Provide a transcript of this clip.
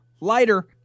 lighter